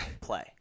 play